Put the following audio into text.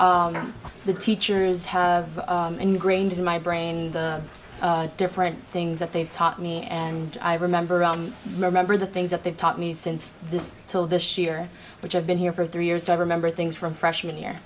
college the teachers have an ingrained in my brain the different things that they've taught me and i remember i remember the things that they've taught me since this till this year which i've been here for three years so i remember things from freshman year